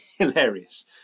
Hilarious